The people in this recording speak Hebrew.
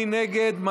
מי נגד?